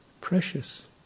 precious